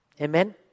Amen